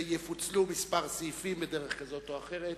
יפוצלו כמה סעיפים בדרך כזאת או אחרת.